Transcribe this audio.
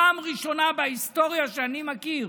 פעם ראשונה בהיסטוריה שאני מכיר